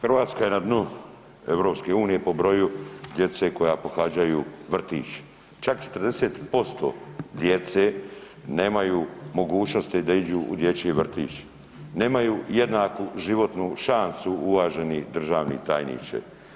Hrvatska je na dnu EU po broju djece koja pohađaju vrtić, čak 40% djece nemaju mogućnosti da iđu u dječji vrtić, nemaju jednaku životnu šansu uvaženi državni tajniče.